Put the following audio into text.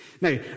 Now